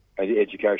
education